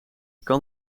kan